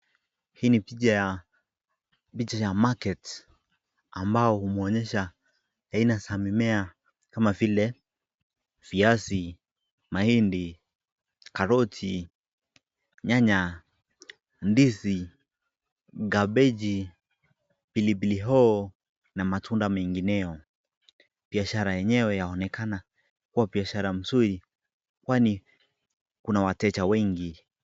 Hii ni picha ya picha ya market ambayo huonyesha aina za mimea kama vile viazi, mahindi, karoti, nyanya, ndizi, cabbage , pilipili hoho na matunda mengineyo. Biashara yenyewe yaonekana kuwa biashara nzuri kwani kuna wateja wengi.